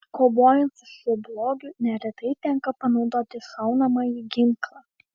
kovojant su šiuo blogiu neretai tenka panaudoti šaunamąjį ginklą